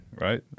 right